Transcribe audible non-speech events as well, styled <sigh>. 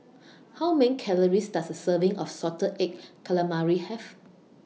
<noise> How Many Calories Does A Serving of Salted Egg Calamari Have